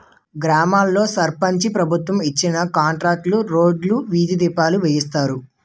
గ్రామాల్లో సర్పంచు ప్రభుత్వం ఇచ్చిన గ్రాంట్లుతో రోడ్లు, వీధి దీపాలు వేయిస్తారు